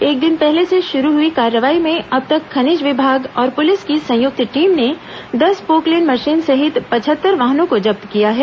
एक दिन पहले से शुरू हुई कार्रवाई में अब तक खनिज विभाग और पुलिस की संयुक्त टीम ने दस पोकलेन मशीन सहित पचहत्तर वाहनों को जब्त किया है